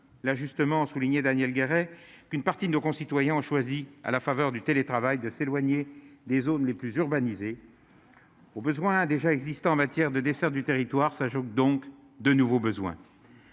l'a justement souligné Daniel Guéret qu'une partie de nos concitoyens ont choisi, à la faveur du télétravail de s'éloigner des zones les plus urbanisées, au besoin, déjà existant en matière de desserte du territoire s'ajoutent donc de nouveaux besoins,